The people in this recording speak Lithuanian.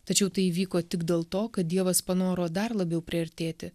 tačiau tai įvyko tik dėl to kad dievas panoro dar labiau priartėti